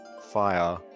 fire